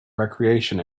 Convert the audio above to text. recreation